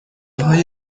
های